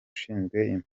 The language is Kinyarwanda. ushinzwe